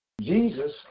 Jesus